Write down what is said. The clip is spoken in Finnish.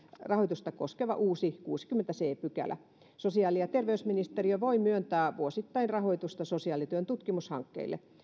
rahoitusta koskeva uusi kuudeskymmenes c pykälä sosiaali ja terveysministeriö voi myöntää vuosittain rahoitusta sosiaalityön tutkimushankkeille